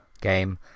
game